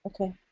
Okay